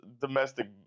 domestic